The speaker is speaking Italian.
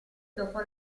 dopo